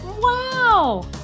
Wow